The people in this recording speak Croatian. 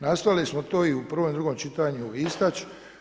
Nastojali smo to i u prvom i drugom čitanju istaći.